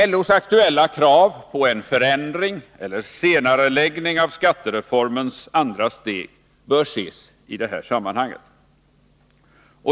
LO:s aktuella krav på en förändring eller en senareläggning av skattereformens andra steg bör ses mot den här bakgrunden.